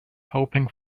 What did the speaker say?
hoping